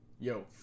Yo